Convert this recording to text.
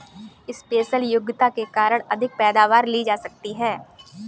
special योग्यता के कारण अधिक पैदावार ली जा सकती है